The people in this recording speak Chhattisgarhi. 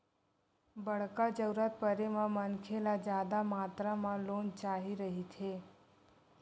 बड़का जरूरत परे म मनखे ल जादा मातरा म लोन चाही रहिथे